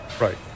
right